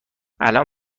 الان